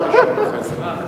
יציבה,